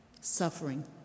Suffering